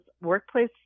workplace